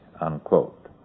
unquote